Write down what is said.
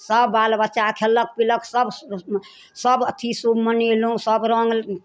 सब बाल बच्चा खेलक पीलक सब सब अथीसँ मनेलहुँ सब रङ्ग